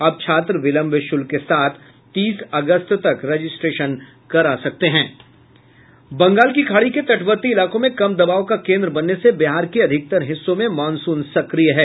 अब छात्र विलंब शुल्क के साथ तीस अगस्त तक रजिस्ट्रेशन करा सकते हैं बंगाल की खाड़ी के तटवर्ती इलाकों में कम दबाव का केंद्र बनने से बिहार के अधिकतर हिस्सों में मॉनसून सक्रिय है